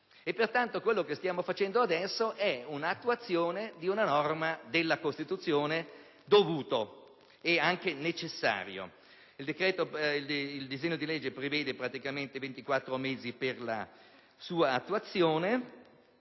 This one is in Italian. Pertanto, quello che stiamo approvando adesso è l'attuazione di una norma della Costituzione, dovuta e necessaria. Il disegno di legge prevede 24 mesi per la sua attuazione,